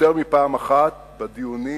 יותר מפעם אחת, בדיונים,